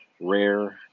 Rare